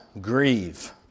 grieve